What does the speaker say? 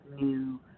new